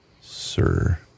sir